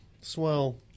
Swell